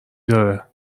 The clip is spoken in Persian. داره